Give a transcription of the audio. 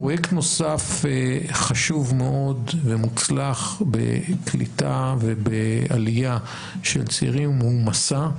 פרויקט נוסף חשוב מאוד ומוצלח בקליטה ובעלייה של צעירים הוא 'מסע',